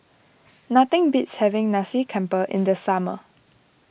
nothing beats having Nasi Campur in the summer